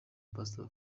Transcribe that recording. pastor